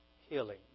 healing